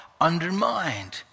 undermined